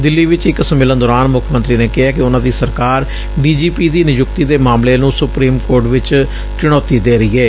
ਦਿੱਲੀ ਚ ਇਕ ਸੰਮੇਲਨ ਦੌਰਾਨ ਮੁੱਖ ਮੰਤਰੀ ਨੇ ਕਿਹੈ ਕਿ ਉਨ੍ਹਾਂ ਦੀ ਸਰਕਾਰ ਡੀ ਜੀ ਪੀ ਦੀ ਨਿਯੁਕਤੀ ਦੇ ਮਾਮਲੇ ਨੂੰ ਸੁਪਰੀਮ ਕੋਰਟ ਚ ਚੁਣੌਤੀ ਦੇ ਰਹੀ ਏ